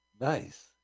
Nice